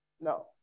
No